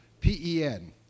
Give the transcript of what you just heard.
PEN